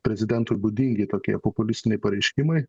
prezidentui būdingi tokie populistiniai pareiškimai